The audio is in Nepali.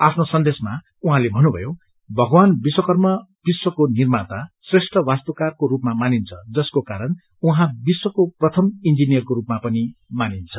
आफ्नो सन्देशमा उहाँले भन्नुभयो भगवान विश्वकर्म विशको निर्माता श्रेष्ठ वास्तुकारको रूपमा मानिन्छ जसको कारण उहाँ विश्वको प्रथम इंजीनियरको रूपमा पनि मानिन्छ